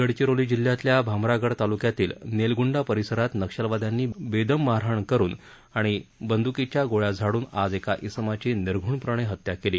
गडचिरोली जिल्ह्यातल्या भामरागड तालुक्यातील नेलगुंडा परिसरात नक्षलवायांनी बेदम मारहाण करून आणि बंदकीच्या गोळ्या झाडून आज एका इसमाची निर्घूणपणे हत्या केली